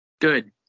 good